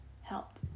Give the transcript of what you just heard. helped